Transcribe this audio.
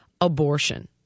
abortion